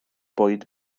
bwyd